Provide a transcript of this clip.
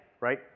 right